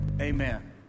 amen